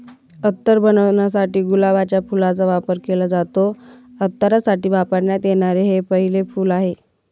अत्तर बनवण्यासाठी गुलाबाच्या फुलाचा वापर केला जातो, अत्तरासाठी वापरण्यात येणारे हे पहिले फूल आहे